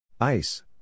Ice